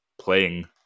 playing